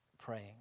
praying